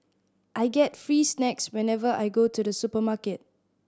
I get free snacks whenever I go to the supermarket